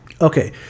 okay